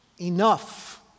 enough